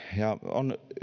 on